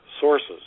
sources